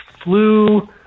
flu